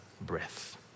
breath